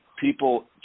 people